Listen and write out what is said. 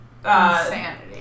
Insanity